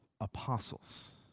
apostles